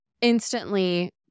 instantly